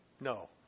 No